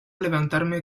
levantarme